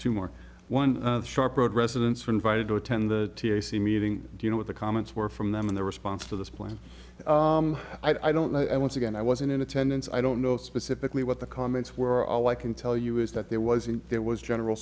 two more one sharp road residents are invited to attend the meeting do you know what the comments were from them and their response to this plan i don't know i once again i wasn't in attendance i don't know specifically what the comments were all i can tell you is that there was in there was general